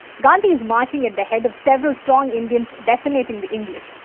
gandhi is marching at the head of several strong indians decimating the english.